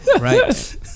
right